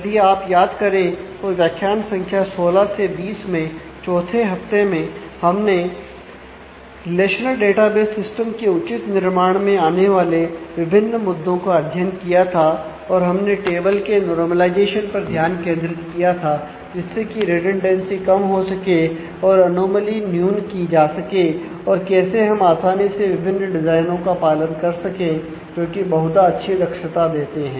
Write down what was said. यदि आप याद करें तो व्याख्यान संख्या 16 से 20 मैं चौथे हफ्ते में हमने रिलेशनल डेटाबेस सिस्टम न्यून की जा सके और कैसे हम आसानी से विभिन्न डिजाइनो का पालन कर सकें जोकि बहुधा अच्छी दक्षता देते हैं